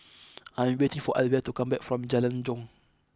I am waiting for Alvia to come back from Jalan Jong